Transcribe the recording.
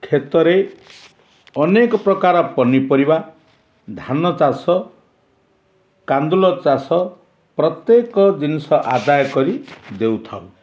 କ୍ଷେତରେ ଅନେକ ପ୍ରକାର ପନିପରିବା ଧାନ ଚାଷ କାନ୍ଦୁଲ ଚାଷ ପ୍ରତ୍ୟେକ ଜିନିଷ ଆଦାୟ କରି ଦେଉଥାଉ